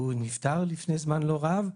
והוא נפטר לפני זמן לא רב,